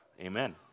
Amen